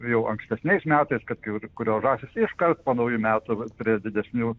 jau ankstesniais metais kad kai kurios žąsys iškart po naujų metų prie didesnių